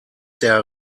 der